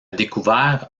découvert